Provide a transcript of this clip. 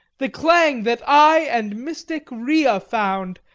the clang that i and mystic rhea found,